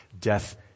death